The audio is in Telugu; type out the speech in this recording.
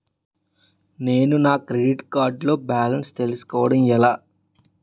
నేను నా క్రెడిట్ కార్డ్ లో బాలన్స్ తెలుసుకోవడం ఎలా?